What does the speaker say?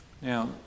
Now